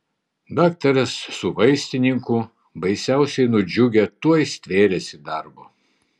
daktaras su vaistininku baisiausiai nudžiugę tuoj stvėrėsi darbo